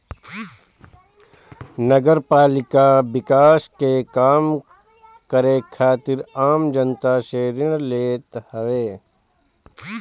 नगरपालिका विकास के काम करे खातिर आम जनता से ऋण लेत हवे